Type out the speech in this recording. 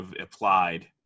applied